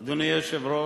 לא רק אצלם הורסים.